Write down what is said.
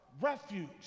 refuge